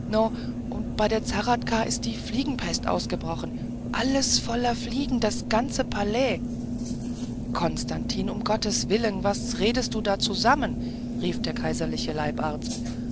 und bei der zahradka is die fliegenpest ausgebrochen alles voller fliegen das ganze palais konstantin um gottes willen was redest du da zusammen rief der kaiserliche leibarzt